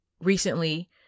recently